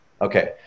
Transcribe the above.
Okay